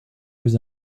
plus